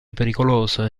pericolosa